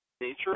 nature